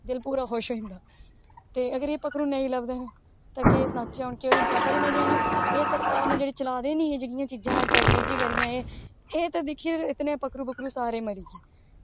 दिल पूरा खुश होई जंदा ते अगर एह् पक्खरू नेईं लब्भदे न तां केह् सनाचै केह् होई जंदा पर इ'यां जेह्ड़ी एह् सरकार नै चला दियां नी जेह्कियां चीजां टैकनॉलजी करियै एह् ते दिक्खियै इत्त नै पक्खरू पुक्खरू सारे मरी गे